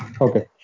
Okay